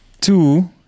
two